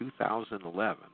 2011